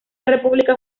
república